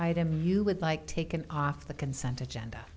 item you would like taken off the consent agenda